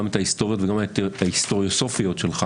גם את ההיסטוריות וגם את ההיסטוריוסופיות שלך